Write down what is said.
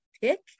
Pick